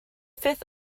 fifth